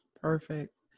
perfect